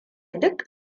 duk